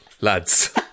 lads